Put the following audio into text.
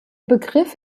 begriff